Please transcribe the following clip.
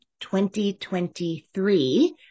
2023